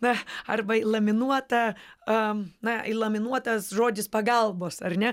na arba laminuota am na įlaminuotas žodis pagalbos ar ne